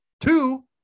two